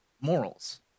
morals